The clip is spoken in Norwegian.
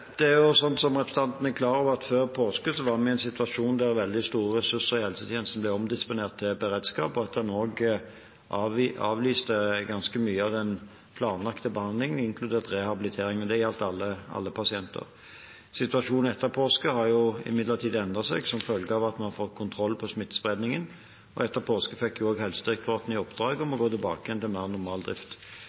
Som representanten er klar over, var vi før påske i en situasjon der veldig store ressurser i helsetjenesten ble omdisponert til beredskap, og der en også avlyste ganske mye av den planlagte behandlingen, inkludert rehabilitering. Det gjaldt alle pasienter. Etter påske har imidlertid situasjonen endret seg som følge av at man har fått kontroll på smittespredningen, og etter påske fikk også helsetjenestene i oppdrag å gå tilbake til mer normal drift.